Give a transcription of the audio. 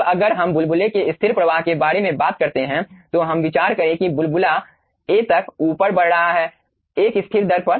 अब अगर हम बुलबुले के स्थिर प्रवाह के बारे में बात करते हैं तो हम विचार करें कि बुलबुला a तक ऊपर बढ़ रहा है एक स्थिर दर पर